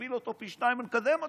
נכפיל אותו פי שניים ונקדם אותו,